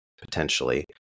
potentially